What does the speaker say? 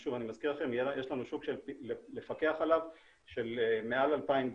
ושוב אני מזכיר לכם שיש לנו שוק לפקח עליו של מעל 2,000 גופים,